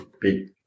big